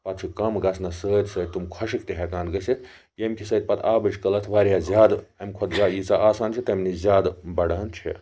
پَتہٕ چھُ کَم گَژھنَس سۭتۍ سۭتۍ تِم خۄشک تہِ ہیٚکان گٔژھِتھ یمکہِ سۭتۍ پَتہٕ آبٕچ قٕلَت واریاہ زیادٕ امہِ کھۄتہٕ زیادٕ ییٖژاہ آسان چھِ تمہِ نِش زیادٕ بَڑان چھِ